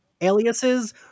aliases